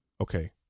okay